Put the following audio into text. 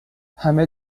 همه